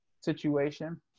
situation